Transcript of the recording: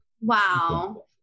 Wow